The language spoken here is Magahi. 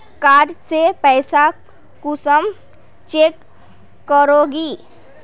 कार्ड से पैसा कुंसम चेक करोगी?